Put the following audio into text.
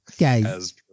Guys